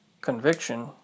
conviction